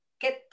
get